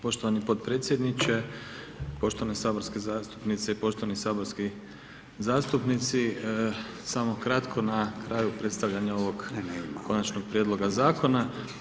Poštovani potpredsjedniče, poštovane saborske zastupnice i poštovani saborski zastupnici, samo kratko na kraju predstavljanja ovog Konačnog prijedloga Zakona.